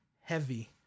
heavy